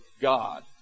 God